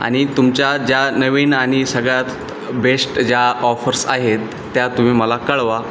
आणि तुमच्या ज्या नवीन आणि सगळ्यात बेस्ट ज्या ऑफर्स आहेत त्या तुम्ही मला कळवा